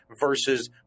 versus